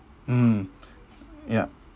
mm yup